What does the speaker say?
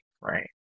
right